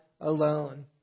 alone